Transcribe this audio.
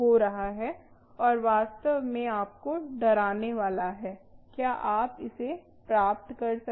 है और वास्तव में आपको डरानेवाला है क्या आप इसे प्राप्त कर सकते हैं